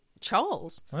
charles